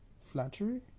flattery